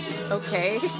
okay